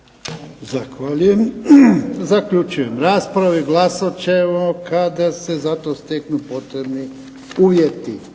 Zaključujem raspravu i glasat ćemo kada se za to steknu potrebni uvjeti.